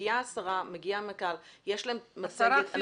מגיעה השרה ומגיע המנכ"ל, יש להם מצגת.